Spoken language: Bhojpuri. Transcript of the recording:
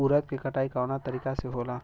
उरद के कटाई कवना तरीका से होला?